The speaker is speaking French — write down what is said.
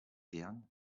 vergne